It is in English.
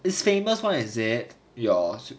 it's famous [one] is it ya